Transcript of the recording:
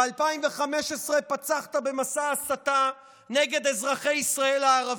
ב-2015 פצחת במסע הסתה נגד אזרחי ישראל הערבים,